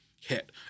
Hit